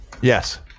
Yes